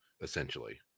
essentially